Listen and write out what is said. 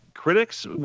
Critics